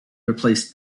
replaced